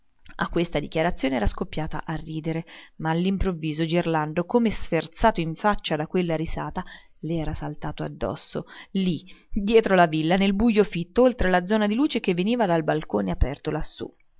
a questa dichiarazione era scoppiata a ridere ma all'improvviso gerlando come sferzato in faccia da quella risata le era saltato addosso lì dietro la villa nel bujo fitto oltre la zona di luce che veniva dal balcone aperto lassù